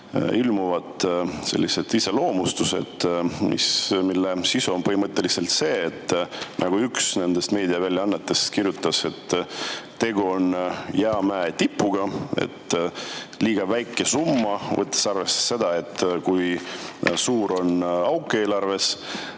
juba sellised iseloomustused, mille sisu on põhimõtteliselt see, nagu üks meediaväljaanne kirjutas, et tegu on jäämäe tipuga. Et liiga väike summa, võttes arvesse seda, kui suur on auk eelarves.